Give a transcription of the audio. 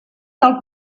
del